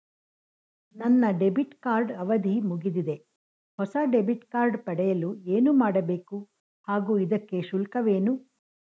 ನನ್ನ debit card ಅವಧಿ ಮುಗಿದಿದೆ ಹೊಸ ಡೆಬಿಟ್ ಕಾರ್ಡ್ ಪಡೆಯಲು ಏನು ಮಾಡಬೇಕು ಹಾಗೂ ಇದಕ್ಕೆ ಶುಲ್ಕವೇನು?